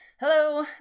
Hello